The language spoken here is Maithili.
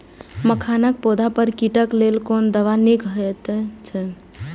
मखानक पौधा पर कीटक लेल कोन दवा निक होयत अछि?